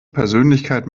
persönlichkeit